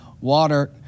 Water